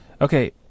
Okay